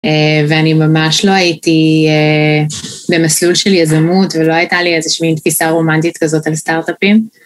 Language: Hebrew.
ואני ממש לא הייתי במסלול של יזמות, ולא הייתה לי איזושהי תפיסה רומנטית כזאת על סטארט-אפים.